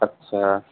ଆଚ୍ଛା